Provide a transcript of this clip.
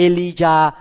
Elijah